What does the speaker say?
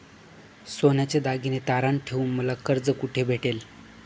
सोन्याचे दागिने तारण ठेवून मला कर्ज कुठे भेटेल?